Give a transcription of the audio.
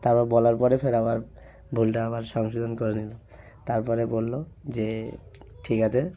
তারপর বলার পরে ফের আবার ভুলটা আবার সংশোধন করে নিলো তারপরে বলল যে ঠিক আছে